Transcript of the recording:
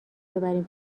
ببریم